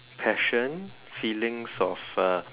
passion feelings of uh